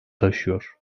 taşıyor